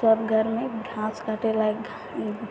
सब घर मे घास काटै लऽ